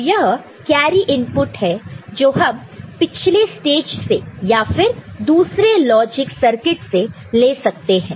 और यह carry input है जो हम पिछले स्टेज से या फिर दूसरे लॉजिक सर्किट से ले सकते हैं